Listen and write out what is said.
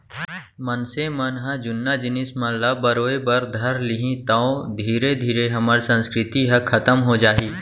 मनसे मन ह जुन्ना जिनिस मन ल बरोय बर धर लिही तौ धीरे धीरे हमर संस्कृति ह खतम हो जाही